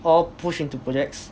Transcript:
all push into projects